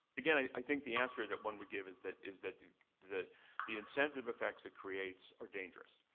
again, i think the answer that one would give is that is that the the incentive effects it creates are dangerous,